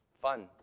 fun